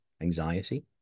anxiety